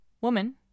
Woman